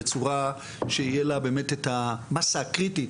בצורה שיהיה לה באמת את המסה הקריטית,